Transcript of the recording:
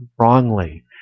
wrongly